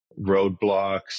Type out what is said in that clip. roadblocks